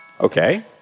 okay